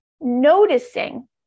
noticing